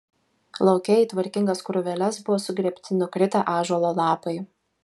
lauke į tvarkingas krūveles buvo sugrėbti nukritę ąžuolo lapai